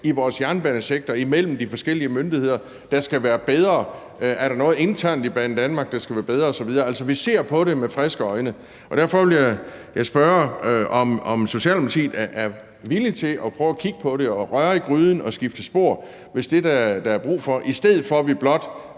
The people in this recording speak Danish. i vores jernbanesektor imellem de forskellige myndigheder, der skal være bedre, om der er noget internt i Banedanmark, der skal være bedre osv. Altså, vi ser på det med friske øjne. Derfor vil jeg spørge, om Socialdemokratiet er villig til at prøve at kigge på det og røre i gryden og skifte spor, hvis det er det, der er brug for, i stedet for at